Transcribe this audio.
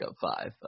five